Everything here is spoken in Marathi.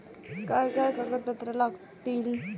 काय काय कागदपत्रा लागतील?